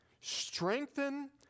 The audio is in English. strengthen